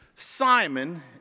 Simon